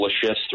shifts